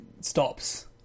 stops